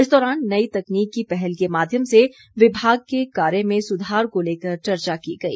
इस दौरान नई तकनीक की पहल के माध्यम से विभाग के कार्य में सुधार को लेकर चर्चा की गई